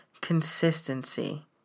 consistency